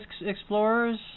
explorers